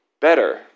better